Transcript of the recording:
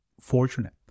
fortunate